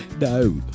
No